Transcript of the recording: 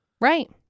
Right